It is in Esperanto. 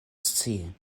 scii